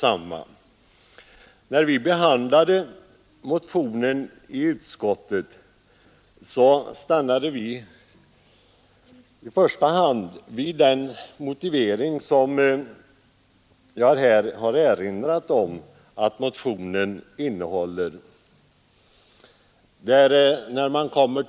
När vi i utskottet behandlade motionen stannade vi i första hand för den del av hemställan som jag här erinrat om.